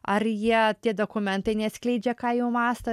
ar jie tie dokumentai neatskleidžia ką jau mąsto